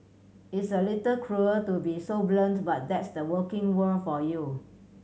it's a little cruel to be so blunt but that's the working world for you